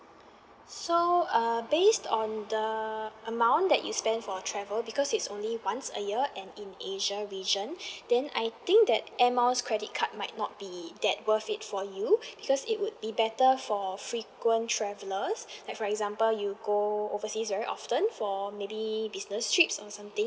so uh based on the amount that you spend for travel because it's only once a year and in asia region then I think that Air Miles credit card might not be that worth it for you because it would be better for frequent travellers like for example you go overseas very often for maybe business trips or something